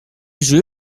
jeu